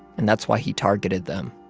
and that's why he targeted them.